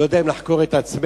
לא יודע אם לחקור את עצמנו,